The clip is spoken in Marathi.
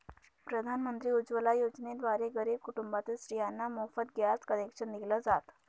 प्रधानमंत्री उज्वला योजनेद्वारे गरीब कुटुंबातील स्त्रियांना मोफत गॅस कनेक्शन दिल जात